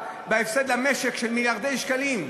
ההפסד למשק של מיליארדי שקלים,